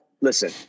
listen